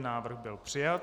Návrh byl přijat.